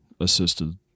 assisted